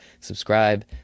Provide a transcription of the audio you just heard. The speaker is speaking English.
subscribe